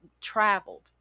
traveled